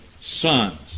sons